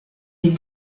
les